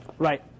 Right